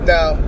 Now